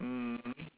mm